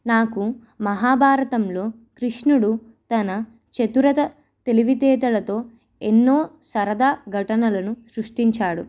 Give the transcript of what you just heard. నాకు మహాభారతంలో కృష్ణుడు తన చతురత తెలివితేతలతో ఎన్నో సరదా ఘటనలను సృష్టించాడు